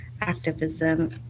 activism